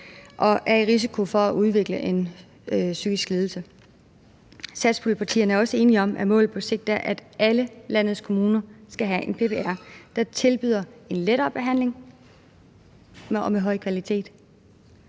og er i risiko for at udvikle en psykisk lidelse. Satspuljepartierne er også enige om, at målet på sigt er, at alle landets kommuner skal have en PPR, der tilbyder en lettere behandling af høj kvalitet.